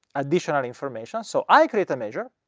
additional information. so i create a measure,